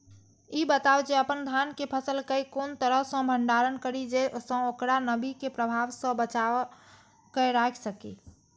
ई बताऊ जे अपन धान के फसल केय कोन तरह सं भंडारण करि जेय सं ओकरा नमी के प्रभाव सं बचा कय राखि सकी?